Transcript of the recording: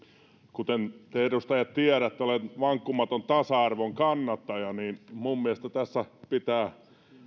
kuten te edustaja tiedätte olen vankkumaton tasa arvon kannattaja joten minun mielestäni tässä pitää